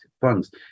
funds